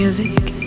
Music